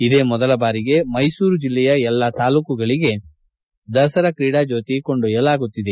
ಇದೇ ಮೊದಲ ಬಾರಿಗೆ ಮೈಸೂರು ಜಿಲ್ಲೆಯ ಎಲ್ಲಾ ತಾಲೂಕುಗಳಿಗೆ ದಸರಾ ಕ್ರೀಡಾ ಜ್ಯೋತಿ ಕೊಂಡೊಯ್ಯಲಾಗುತ್ತಿದೆ